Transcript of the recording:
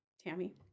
Tammy